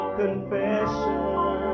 confession